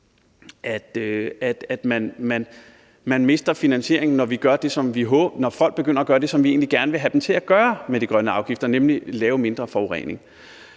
at man mister finansieringen, når folk begynder at gøre det, som vi egentlig gerne vil have dem til at gøre med de grønne afgifter, nemlig at forurene